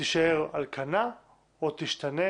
תישאר על כנה או תשתנה